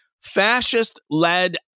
fascist-led